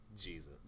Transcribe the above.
Jesus